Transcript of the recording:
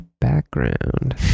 background